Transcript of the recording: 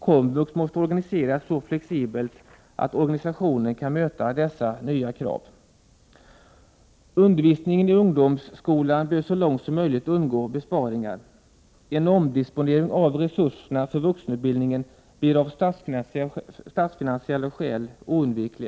Komvux måste organiseras så flexibelt att organisationen kan möta dessa nya krav. Undervisningen i ungdomsskolan bör så långt som möjligt undgå besparingar. En omdisponering av resurserna för vuxenutbildningen blir av statsfinansiella skäl oundviklig.